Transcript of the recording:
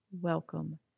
welcome